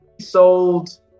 sold